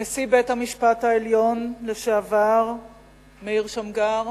נשיא בית-המשפט העליון לשעבר מאיר שמגר,